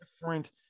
different